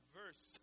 verse